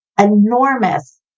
enormous